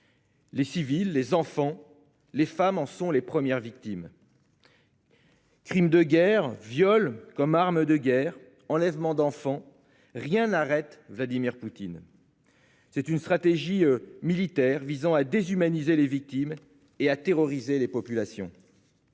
Les civils, les enfants, les femmes en sont les premières victimes. Crimes de guerre, viols comme arme de guerre, enlèvement d'enfants : rien n'arrête Vladimir Poutine. Sa stratégie militaire vise à déshumaniser les victimes et à terroriser les populations.